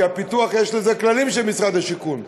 כי לפיתוח יש כללים של משרד השיכון.